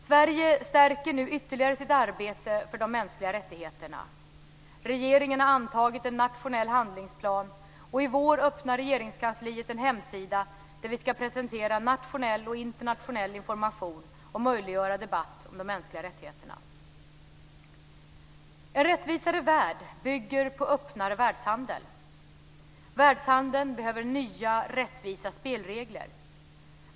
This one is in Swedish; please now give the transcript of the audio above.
Sverige stärker nu ytterligare sitt arbete för de mänskliga rättigheterna. Regeringen har antagit en nationell handlingsplan, och i vår öppnar Regeringskansliet en hemsida där vi ska presentera nationell och internationell information och möjliggöra debatt om de mänskliga rättigheterna. En rättvisare värld bygger på en öppnare världshandel. Världshandeln behöver nya, rättvisa spelregler.